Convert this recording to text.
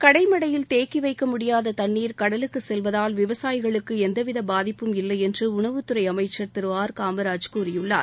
கடைமடையில் தேக்கி வைக்க முடியாத தண்ணீர் கடலுக்கு செல்வதால் விவசாயிகளுக்கு எந்தவித பாதிப்பும் இல்லை என்று உணவுத் துறை அமைச்சர் திரு ஆர் காமராஜ் கூறியுள்ளார்